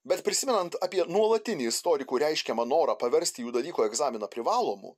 bet prisimenant apie nuolatinį istorikų reiškiamą norą paversti jų dalyko egzaminą privalomu